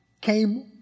came